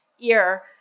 ear